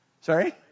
Sorry